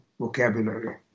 vocabulary